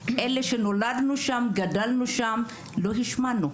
משמינים, אלה שנולדו שם וגדלו שם לא השמינו.